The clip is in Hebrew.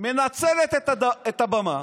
מנצלת את הבמה